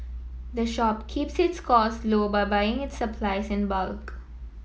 the shop keeps its cost low by buying its supplies in bulk